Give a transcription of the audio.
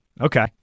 Okay